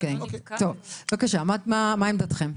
מה עמדתכם?